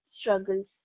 struggles